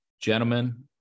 Gentlemen